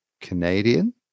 Canadian